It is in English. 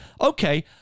Okay